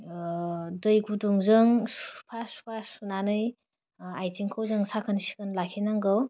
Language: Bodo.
ओह दै गुदुंजों सुफा सुफा सुनानै ओह आइथिंखौ जों साखोन सिखोन लाखिनांगौ